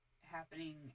happening